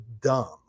dumb